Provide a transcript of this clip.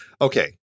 Okay